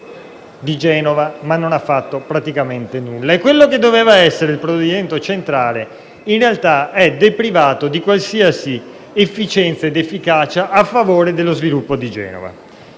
di Genova, ma non ha fatto praticamente nulla. Quello che avrebbe dovuto essere il provvedimento centrale, in realtà, è stato deprivato di qualsiasi efficienza ed efficacia a favore dello sviluppo di Genova.